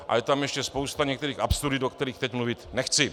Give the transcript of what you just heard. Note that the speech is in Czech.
A je tam ještě spousta některých absurdit, o kterých teď mluvit nechci.